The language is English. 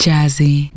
Jazzy